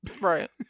Right